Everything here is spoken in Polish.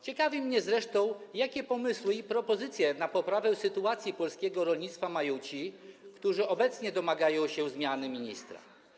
Ciekawi mnie zresztą, jakie pomysły i propozycje na poprawę sytuacji polskiego rolnictwa mają ci, którzy obecnie domagają się zmiany ministra.